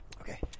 Okay